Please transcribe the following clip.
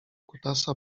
kutasa